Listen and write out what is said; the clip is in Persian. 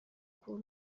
کور